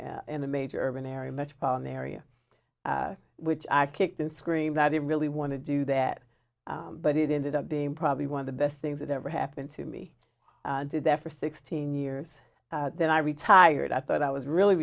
a major urban area metropolitan area which i kicked and screamed i didn't really want to do that but it ended up being probably one of the best things that ever happened to me did there for sixteen years then i retired i thought i was really